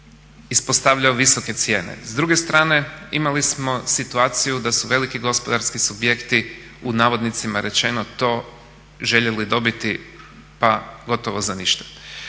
ispostavljao visoke cijene. S druge strane imali smo situaciju da su veliki gospodarski subjekti u navodnicima rečeno to željeli dobiti pa gotovo za ništa.